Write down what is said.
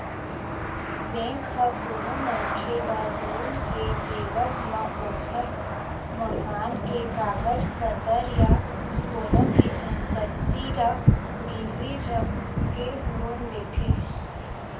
bank ह कोनो मनखे ल लोन के देवब म ओखर मकान के कागज पतर या कोनो भी संपत्ति ल गिरवी रखके लोन देथे